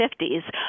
50s